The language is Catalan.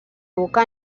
boca